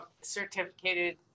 certificated